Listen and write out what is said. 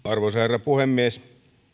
arvoisa herra puhemies